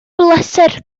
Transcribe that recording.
bleser